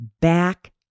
back